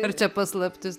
ar čia paslaptis